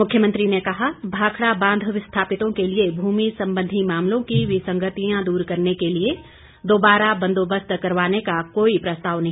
मुख्यमंत्री ने कहा भाखड़ा बांध विस्थापितों के लिए भूमि संबंधी मामलों की विसंगतियां दूर करने के लिए दोबारा बंदोबस्त करवाने का कोई प्रस्ताव नहीं